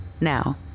now